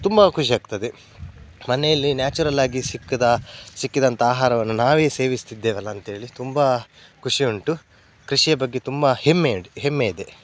ತುಂಬ ಖುಷಿಯಾಗ್ತದೆ ಮನೆಯಲ್ಲೆ ನ್ಯಾಚುರಲ್ ಆಗಿ ಸಿಕ್ಕಿದ ಸಿಕ್ಕಿದಂಥ ಆಹಾರವನ್ನು ನಾವೇ ಸೇವಿಸ್ತಿದ್ದೇವಲ್ಲ ಅಂಥೇಳಿ ತುಂಬ ಖುಷಿ ಉಂಟು ಕೃಷಿಯ ಬಗ್ಗೆ ತುಂಬ ಹೆಮ್ಮೆ ಇಡು ಹೆಮ್ಮೆಯಿದೆ